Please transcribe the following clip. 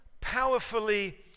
powerfully